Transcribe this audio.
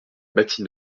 bâtie